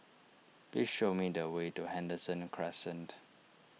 please show me the way to Henderson Crescent